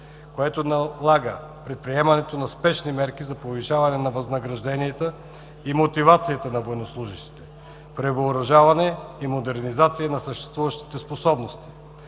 което налага предприемането на спешни мерки за повишаване на възнагражденията и мотивацията на военнослужещите, превъоръжаване и модернизация на съществуващите способности,